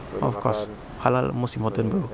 of course halal most important bro